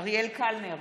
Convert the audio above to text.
אריאל קלנר,